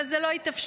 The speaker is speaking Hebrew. אבל זה לא התאפשר.